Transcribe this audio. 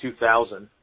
2000